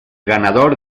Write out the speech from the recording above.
ganador